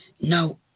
No